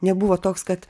nebuvo toks kad